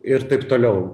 ir taip toliau